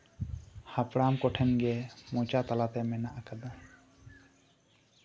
ᱦᱟᱲᱟᱢ ᱠᱚᱴᱷᱮᱱ ᱜᱮ ᱢᱚᱪᱟ ᱛᱟᱞᱟᱛᱮ ᱢᱮᱱᱟᱜ ᱟᱠᱟᱫᱟ